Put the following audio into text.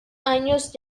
años